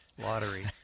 lottery